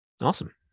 Awesome